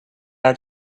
are